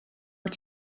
wyt